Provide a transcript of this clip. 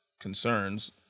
concerns